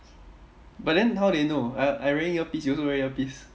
but then how they know I I wearing earpiece you also wearing earpiece